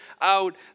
out